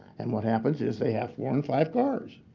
and what happens is they have four and five cars.